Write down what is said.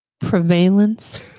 Prevalence